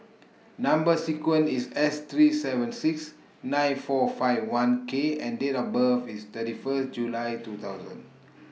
Number sequence IS S three seven six nine four five one K and Date of birth IS thirty First July two thousand